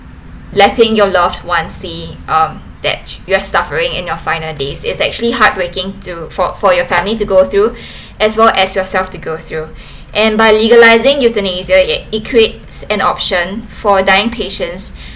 letting your loved one see um that you're suffering in your final days is actually heartbreaking to for for your family to go through as well as yourself to go through and by legalizing euthanasia it equates an option for dying patients